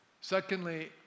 Secondly